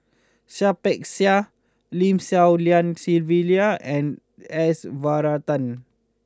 Seah Peck Seah Lim Swee Lian Sylvia and S Varathan